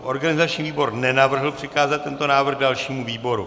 Organizační výbor nenavrhl přikázat tento návrh dalšímu výboru.